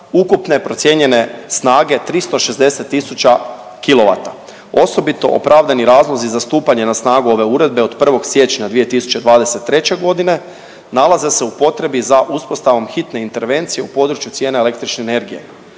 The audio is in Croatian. ukupne procijenjene snage 360 000 kilovata. Osobito opravdani razlozi za stupanje na snagu ove uredbe od 1. siječnja 2023. godine nalaze se u potrebi za uspostavom hitne intervencije u području cijena električne energije,